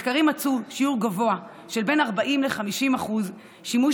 מחקרים מצאו שיעור גבוה של בין 40% ל-50% שימוש